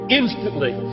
instantly